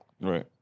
Right